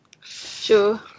Sure